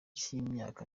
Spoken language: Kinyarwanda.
cy’imyaka